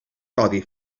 codi